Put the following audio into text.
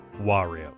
Wario